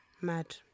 Mad